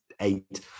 eight